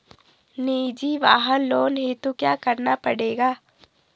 निजी वाहन लोन हेतु क्या करना पड़ेगा?